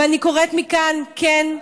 ואני קוראת מכאן, כן,